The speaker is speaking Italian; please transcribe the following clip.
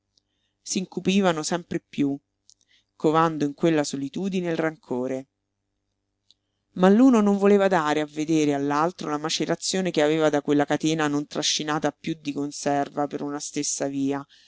letto s'incupivano sempre piú covando in quella solitudine il rancore ma l'uno non voleva dare a vedere all'altro la macerazione che aveva da quella catena non trascinata piú di conserva per una stessa via